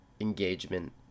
engagement